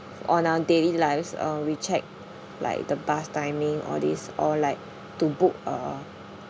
on our daily lives uh we check like the bus timing all this or like to book a